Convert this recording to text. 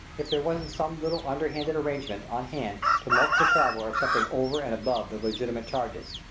if there wasn't some little underhanded arrangement on hand to mulct the traveller of something over and above the legitimate charges.